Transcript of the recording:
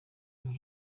nke